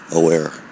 aware